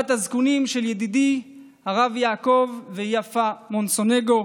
בת הזקונים של ידידיי הרב יעקב ויפה מונסונגו.